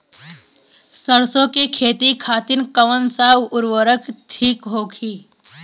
सरसो के खेती खातीन कवन सा उर्वरक थिक होखी?